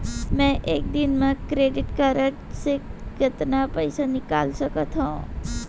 मैं एक दिन म क्रेडिट कारड से कतना पइसा निकाल सकत हो?